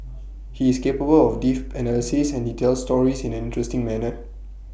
he is capable of deaf analysis and he tells stories in an interesting manner